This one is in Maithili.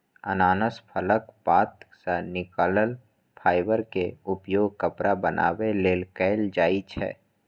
अनानास फलक पात सं निकलल फाइबर के उपयोग कपड़ा बनाबै लेल कैल जाइ छै